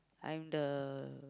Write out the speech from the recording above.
I'm the